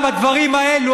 פעם הדברים האלה,